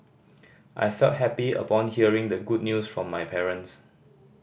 I felt happy upon hearing the good news from my parents